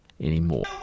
Anymore